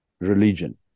religion